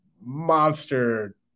monster